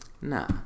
Nah